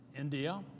India